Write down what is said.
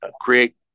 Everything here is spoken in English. create